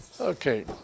Okay